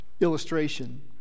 illustration